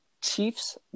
Chiefs